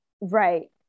Right